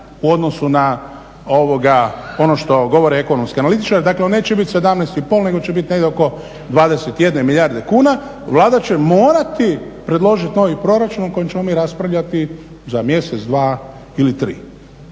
u odnosu na ono što govore ekonomski analitičari, dakle on neće bit 17,5 nego će bit negdje oko 21 milijarde kuna. Vlada će morati predložit novi proračun o kojem ćemo mi raspravljati za mjesec, dva ili tri.